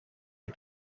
are